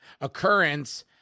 occurrence